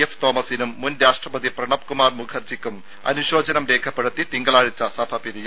F തോമസിനും മുൻ രാഷ്ട്രപതി പ്രണബ് കുമാർ മുഖർജിക്കും അനുശോചനം രേഖപ്പെടുത്തി തിങ്കളാഴ്ച സഭ പിരിയും